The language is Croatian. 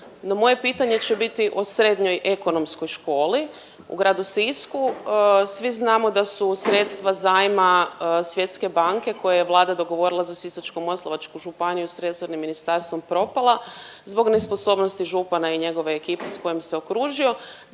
moje pitanje će biti o Srednjoj ekonomskoj školi u gradu Sisku. Svi znamo da su sredstva zajma Svjetske banke koje je Vlada dogovorila za Sisačko-moslavačku županiju s resornim ministarstvom propala zbog nesposobnosti župana i njegove ekipe s kojom se okružio,